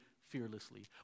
fearlessly